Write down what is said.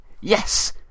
yes